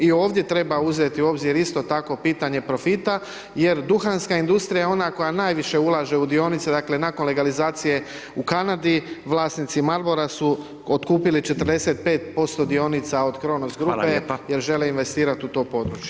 I ovdje treba uzeti u obzir isto tako pitanje profita jer duhanska industrija je ona koja najviše ulaže u dionice, dakle, nakon legalizacije u Kanadi, vlasnici Malbora su otkupili 45% dionica od Kronos grupe [[Upadica: Hvala lijepa]] jer žele investirati u to područje.